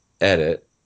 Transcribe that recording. edit